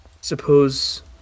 Suppose